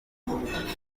bitunguranye